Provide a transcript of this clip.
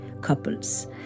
couples